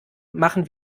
machen